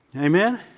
Amen